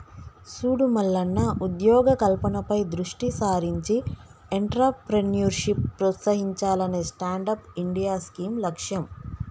సూడు మల్లన్న ఉద్యోగ కల్పనపై దృష్టి సారించి ఎంట్రప్రేన్యూర్షిప్ ప్రోత్సహించాలనే స్టాండప్ ఇండియా స్కీం లక్ష్యం